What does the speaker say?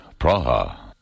Praha